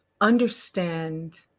understand